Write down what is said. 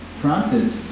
prompted